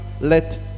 let